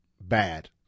Bad